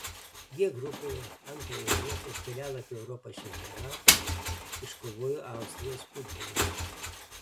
g grupėje antrąją vietą ir kelialapį europos čempionatą iškovojo austrijos futbolininkai